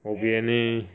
bo pian eh